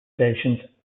stations